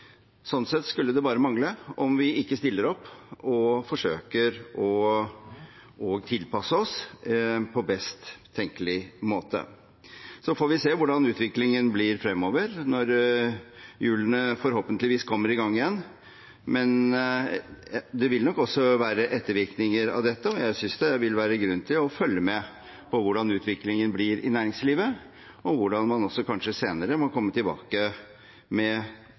Sånn sett skulle det bare mangle at vi ikke stiller opp og forsøker å tilpasse oss på best tenkelig måte. Så får vi se hvordan utviklingen blir fremover, når hjulene forhåpentligvis kommer i gang igjen. Men det vil nok også være ettervirkninger av dette, og jeg synes det vil være grunn til å følge med på hvordan utviklingen blir i næringslivet, og hvordan man også kanskje senere må komme tilbake med